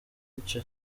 icyo